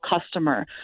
customer